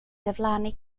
diflannu